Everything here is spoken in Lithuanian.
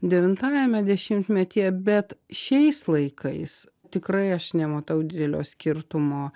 devintajame dešimtmetyje bet šiais laikais tikrai aš nematau didelio skirtumo